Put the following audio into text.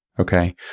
Okay